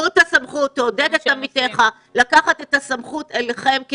תעודד את עמיתיך לקחת את הסמכות אליכם כי